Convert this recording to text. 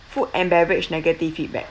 food and beverage negative feedback